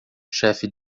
chefe